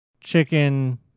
Chicken